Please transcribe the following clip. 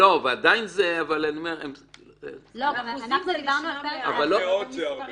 באחוזים זה נשמע מעט, אבל במספרים זה הרבה.